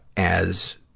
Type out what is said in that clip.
as